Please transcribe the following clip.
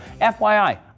FYI